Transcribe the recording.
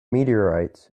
meteorites